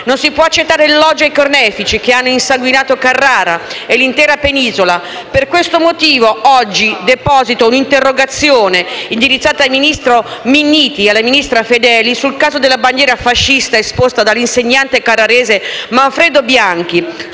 Non si può accettare l'elogio ai carnefici che hanno insanguinato Carrara e l'intera Penisola. Per questo motivo oggi deposito un'interrogazione indirizzata al ministro Minniti e alla ministra Fedeli sul caso della bandiera fascista esposta dall'insegnante carrarese Manfredo Bianchi